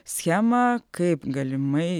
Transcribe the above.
schemą kaip galimai